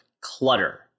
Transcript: clutter